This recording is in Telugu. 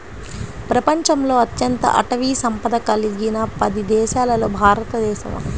ప్రపంచంలో అత్యంత అటవీ సంపద కలిగిన పది దేశాలలో భారతదేశం ఒకటి